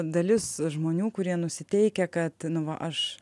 dalis žmonių kurie nusiteikę kad nu va aš